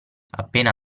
appena